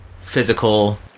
physical